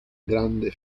grande